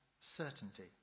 certainty